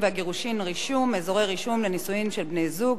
והגירושין (רישום) (אזורי רישום לנישואין של בני-זוג),